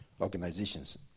organizations